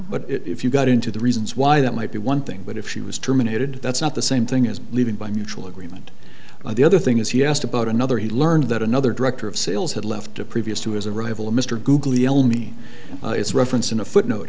but if you got into the reasons why that might be one thing but if she was terminated that's not the same thing as leaving by mutual agreement or the other thing is he asked about another he learned that another director of sales had left a previous to his arrival mr guglielmi is referenced in a footnote